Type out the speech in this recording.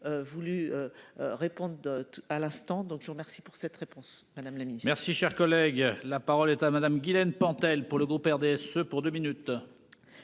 voulu. Répondre. À l'instant donc je vous remercie pour cette réponse